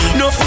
no